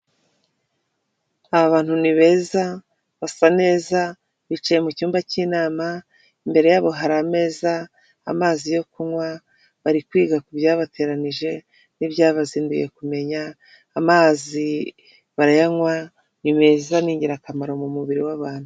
Aba bantu ni beza, basa neza, bicaye mu cyumba cy'inama, imbere yabo hari ameza, amazi yo kunywa, bari kwiga ku byabateranije n'ibyabazinduye kumenya, amazi barayanywa, ni meza, ni ingirakamaro mu mubiri w'abantu.